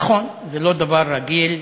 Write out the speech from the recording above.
נכון, זה לא דבר רגיל,